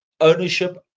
ownership